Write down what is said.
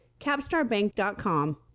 capstarbank.com